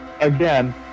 Again